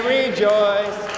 rejoice